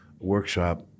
workshop